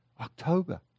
October